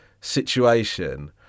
situation